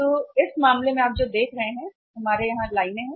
तो इस मामले में आप जो देख रहे हैं हमारे यहां लाइनें हैं